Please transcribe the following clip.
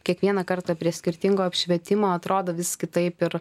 kiekvieną kartą prie skirtingo apšvietimo atrodo vis kitaip ir